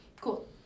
Cool